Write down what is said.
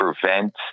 prevent